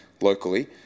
locally